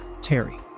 Terry